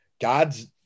God's